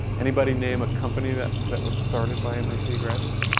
anybody name a company that that was started by mit graduates?